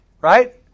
right